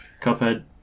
Cuphead